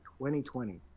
2020